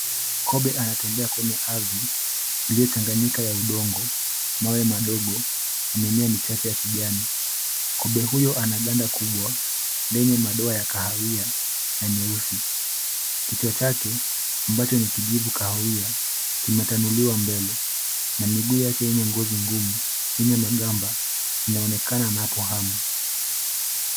Kobe anatembea kwenye ardhi iliyochanganyika ya udongo, mawe madogo na mimea michache ya kijani. Kobe huyo ana ganda kubwa lenye madoa ya kahawia na nyeusi , kichwa chake ambacho ni kijivu kahawia kimetanuliwa mbele na miguu yake yenye ngozi ngumu enye magamba inaonekana anapohamu.